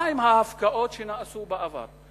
מה עם ההפקעות שנעשו בעבר?